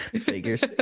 Figures